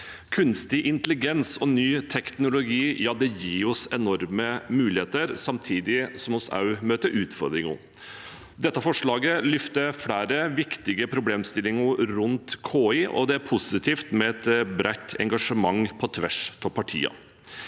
Kunstig intelligens og ny teknologi gir oss enorme muligheter, samtidig som vi også møter på utfordringer. Dette forslaget løfter flere viktige problemstillinger rundt KI, og det er positivt med et bredt engasjement på tvers av partiene.